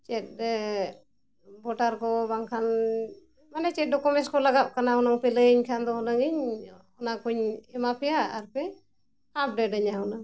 ᱪᱮᱫ ᱵᱷᱳᱴᱟᱨ ᱠᱚ ᱵᱟᱝᱠᱷᱟᱱ ᱢᱟᱱᱮ ᱪᱮᱫ ᱰᱚᱠᱩᱢᱮᱱᱥ ᱠᱚ ᱞᱟᱜᱟᱜ ᱠᱟᱱᱟ ᱩᱱᱟᱹᱝᱯᱮ ᱞᱟᱹᱭᱟᱹᱧ ᱠᱷᱟᱱ ᱫᱚ ᱦᱩᱱᱟᱹᱝᱤᱧ ᱚᱱᱟᱠᱚᱧ ᱮᱢᱟᱯᱮᱭᱟ ᱟᱨᱯᱮ ᱟᱯᱰᱮᱴᱟᱹᱧᱟ ᱦᱩᱱᱟᱹᱝ